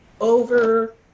over